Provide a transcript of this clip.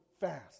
fast